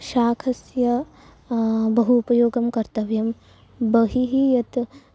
शाकस्य बहु उपयोगं कर्तव्यं बहिः यत्